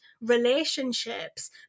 relationships